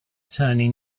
attorney